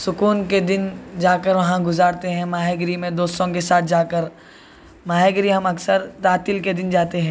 سکون کے دن جا کر وہاں گزارتے ہیں ماہی گیری میں دوستوں کے ساتھ جا کر ماہی گیری ہم اکثر تعطیل کے دن جاتے ہیں